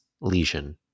lesion